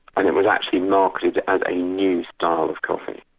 and it was actually marketed as a new style of coffee.